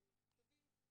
הם כתובים.